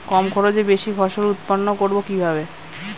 কম খরচে বেশি ফসল উৎপন্ন করব কিভাবে?